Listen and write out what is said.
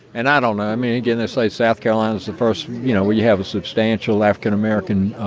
and i don't know. i mean, again, they say south carolina is the first you know, where you have a substantial african american,